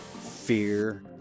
fear